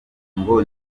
ngo